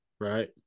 Right